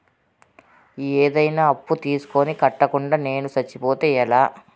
ఏదైనా అప్పు తీసుకొని కట్టకుండా నేను సచ్చిపోతే ఎలా